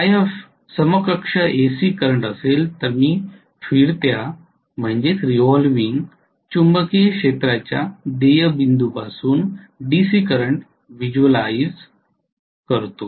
Ifl समकक्ष AC current असेल तर मी फिरत्या चुंबकीय क्षेत्राच्या देय बिंदूपासून डीसी करंट व्हिज्युअलाइझ करतो